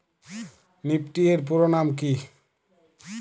Nifty এর পুরোনাম কী?